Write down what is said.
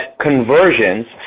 conversions